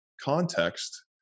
context